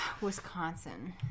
Wisconsin